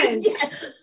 Yes